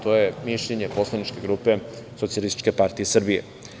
To je mišljenje poslaničke grupe Socijalističke partije Srbije.